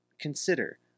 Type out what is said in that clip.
consider